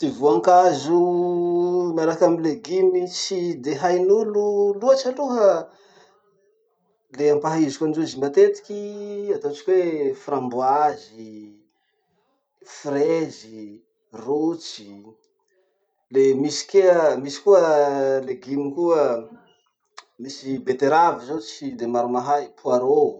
Ty voankazo miaraky amy legume tsy hain'olo loatry aloha, le ampahihiziko androzy matetiky: ataotsika hoe framboise, fraise, rotsy. De misy kea, misy koa leguma koa, misy beteravy zao tsy de maro mahay, poirot!